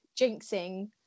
jinxing